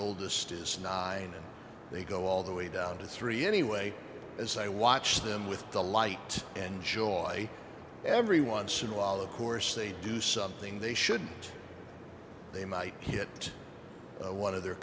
oldest is not i they go all the way down to three anyway as i watch them with the light and joy every once in a while of course they do something they shouldn't they might hit one of their